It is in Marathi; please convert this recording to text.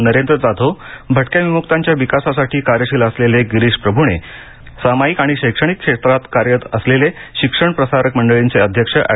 नरेंद्र जाधव भटक्या विम्क्तांच्या विकासासाठी कार्यशील असलेले गिरीश प्रभूणे सामाजिक व शैक्षणिक क्षेत्रात कार्यरत असलेले शिक्षण प्रसारक मंडळीचे अध्यक्ष एड